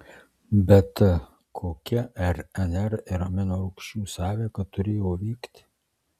bet kokia rnr ir aminorūgščių sąveika turėjo vykti